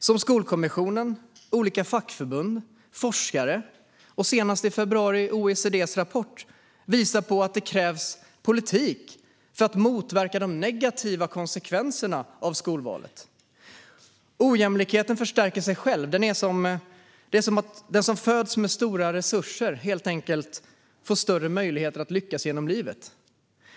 Som Skolkommissionen, olika fackförbund, forskare och senast i februari OECD:s rapport visar på krävs det politik för att motverka de negativa konsekvenserna av skolvalet. Ojämlikheten förstärker sig själv. Det är som att den som föds med stora resurser helt enkelt får större möjligheter att lyckas genom livet.